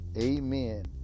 amen